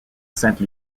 sainte